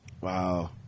Wow